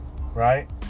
right